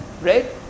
right